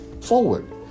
forward